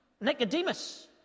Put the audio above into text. Nicodemus